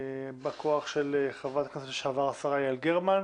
בא כוח של חברת הכנסת לשעבר השרה יעל גרמן.